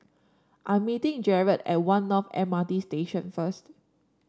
I'm meeting Jared at One North M R T Station first